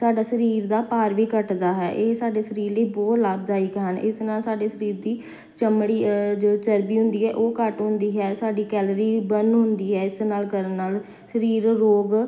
ਸਾਡਾ ਸਰੀਰ ਦਾ ਭਾਰ ਵੀ ਘੱਟਦਾ ਹੈ ਇਹ ਸਾਡੇ ਸਰੀਰ ਲਈ ਬਹੁਤ ਲਾਭਦਾਇਕ ਹਨ ਇਸ ਨਾਲ ਸਾਡੇ ਸਰੀਰ ਦੀ ਚਮੜੀ ਅ ਜੋ ਚਰਬੀ ਹੁੰਦੀ ਹੈ ਉਹ ਘੱਟ ਹੁੰਦੀ ਹੈ ਸਾਡੀ ਕੈਲਰੀ ਬਰਨ ਹੁੰਦੀ ਹੈ ਇਸ ਨਾਲ ਕਰਨ ਨਾਲ ਸਰੀਰ ਰੋਗ